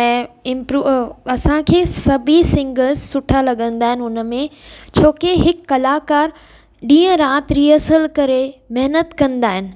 ऐं इम्प्रूव असांखे सभी सिंगर्स सुठा लॻंदा आहिनि उनमें व छो की हिकु कलाकार ॾींहुं राति रिअसल करे महिनत कंदा आहिनि